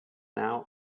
now